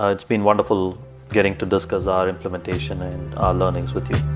ah it's been wonderful getting to discuss our implementation and our learnings with you.